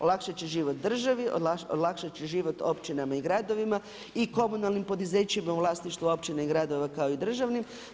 Olakšat će život državi, olakšat će život općinama i gradovima i komunalnim poduzećima u vlasništvu općine i gradova kao i državnim.